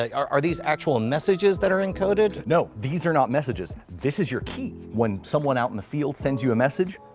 ah are are these actual message that are encoded? no, these are not messages, this is your key. when someone out in the field sends you a message,